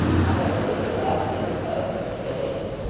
i have a little left. it is but a few shillings